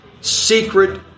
secret